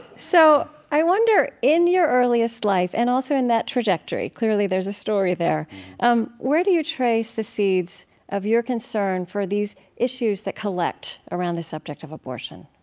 so i wonder in your earliest life and also in the trajectory clearly there's a story there um where do you trace the seeds of your concern for these issues that collect around the subject of abortion?